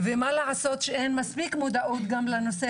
ומה לעשות שאין מספיק מודעות לנושא